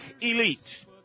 elite